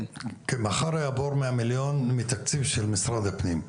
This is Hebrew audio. כן, מחר יעבור מאה מיליון מתקציב של משרד הפנים.